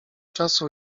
czasu